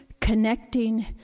connecting